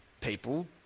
people